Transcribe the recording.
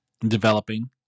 developing